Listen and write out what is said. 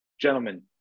Gentlemen